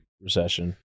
recession